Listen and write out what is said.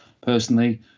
personally